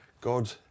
God